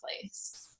place